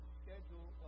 schedule